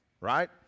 Right